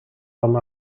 dan